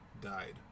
died